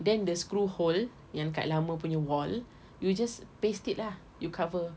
then the screw hole yang kat lama punya wall you just paste it lah you cover